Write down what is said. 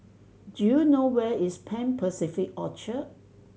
do you know where is Pan Pacific Orchard